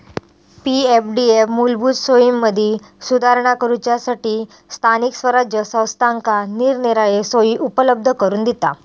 पी.एफडीएफ मूलभूत सोयींमदी सुधारणा करूच्यासठी स्थानिक स्वराज्य संस्थांका निरनिराळे सोयी उपलब्ध करून दिता